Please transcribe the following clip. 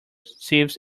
sieves